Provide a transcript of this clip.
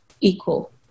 equal